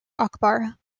akbar